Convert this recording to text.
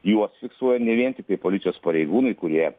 juos fiksuoja ne vien tiktai policijos pareigūnai kurie